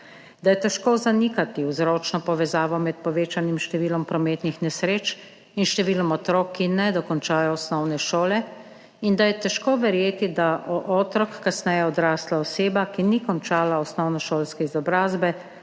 Da je težko zanikati vzročno povezavo med povečanim številom prometnih nesreč in številom otrok, ki ne dokončajo osnovne šole, in da je težko verjeti, da otrok, kasneje odrasla oseba, ki ni končala osnovnošolske izobrazbe,